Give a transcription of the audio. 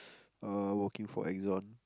uh working for Exon